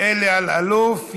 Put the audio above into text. אלי אלאלוף.